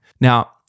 Now